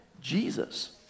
Jesus